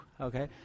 okay